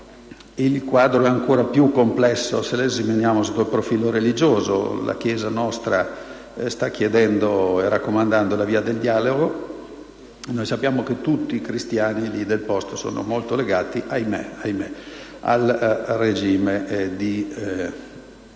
Il quadro è ancora più complesso se lo esaminiamo sotto il profilo religioso: la nostra Chiesa sta chiedendo e raccomandando la via del dialogo, e sappiamo che tutti i cristiani del posto sono molto legati, ahimè, al regime di Assad,